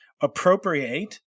appropriate